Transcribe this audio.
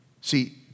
See